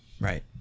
right